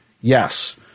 yes